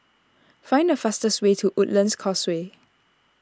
find the fastest way to Woodlands Causeway